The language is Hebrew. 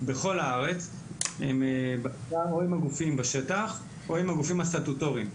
בכל הארץ הם עם הגופים בשטח או עם הגופים הסטטוטוריים.